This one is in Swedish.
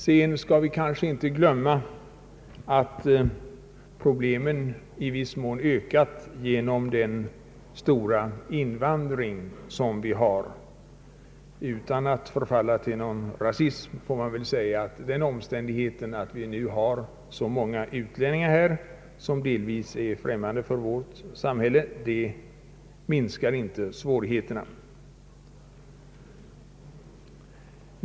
Vi bör kanske inte heller glömma att problemen i viss mån ökat genom den stora invandring som ägt rum. Utan att förfalla till någon rasism vill jag säga att den omständigheten att det här i landet finns så många utlänningar av vilka en del ännu ej hunnit smälta in i vårt samhälle ju inte minskar polisens arbetsbörda.